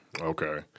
Okay